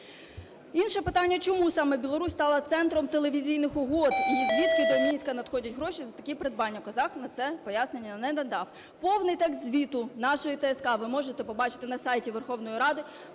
Інше питання: чому саме Білорусь стала центром телевізійних угод і звідки до Мінська надходять гроші за такі придбання. Козак на це пояснення не надав. Повний текст звіту нашої ТСК ви можете побачити на сайті Верховної Ради.